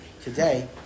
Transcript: today